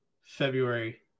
February